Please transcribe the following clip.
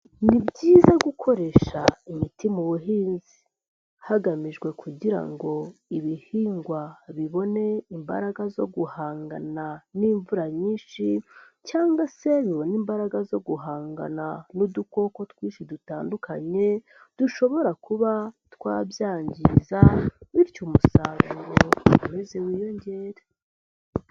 Ni byiza gukoresha imiti mu buhinzi, hagamijwe kugira ngo ibihingwa bibone imbaraga zo guhangana n'imvura nyinshi cyangwa se bibona imbaraga zo guhangana n'udukoko twinshi dutandukanye, dushobora kuba twabyangiza bityo umusaruro ukomeze wiyongere.